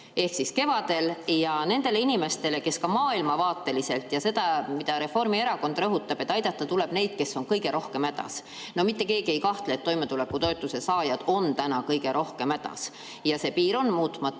ehk kevadel. Nendele inimestele, kes ka maailmavaateliselt [kuuluvad sihtrühma], see, mida Reformierakond rõhutab, et aidata tuleb neid, kes on kõige rohkem hädas – no mitte keegi ei kahtle, et toimetulekutoetuse saajad on täna kõige rohkem hädas, piir on muutmata